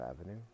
Avenue